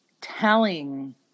telling